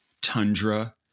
tundra